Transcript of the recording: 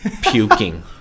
puking